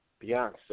Beyonce